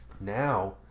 now